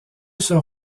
sont